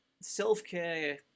self-care